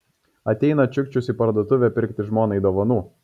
ateina čiukčius į parduotuvę pirkti žmonai dovanų